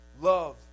Love